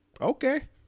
Okay